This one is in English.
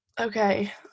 okay